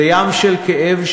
זה ים של כאב,